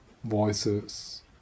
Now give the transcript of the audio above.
voices